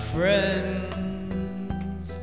Friends